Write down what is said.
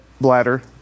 bladder